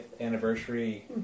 anniversary